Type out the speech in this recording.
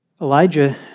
Elijah